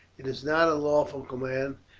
it is not a lawful command,